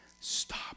stop